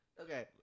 Okay